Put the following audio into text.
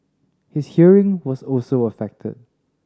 his hearing was also affected